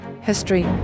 history